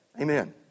amen